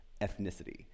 ethnicity